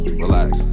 relax